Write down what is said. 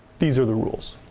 these are the rules.